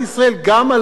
על חלקי ארץ אלה.